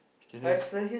standard